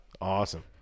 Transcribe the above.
Awesome